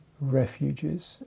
refuges